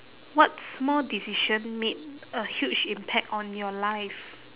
what small decision made a huge impact on your life